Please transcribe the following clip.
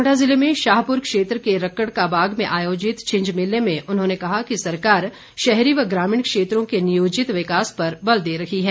कांगड़ा जिले में शाहपुर क्षेत्र के रक्कड़ का बाग में आयोजित छिंज मेले में उन्होंने कहा कि सरकार शहरी व ग्रामीण क्षेत्रों के नियोजित विकास पर बल दे रही है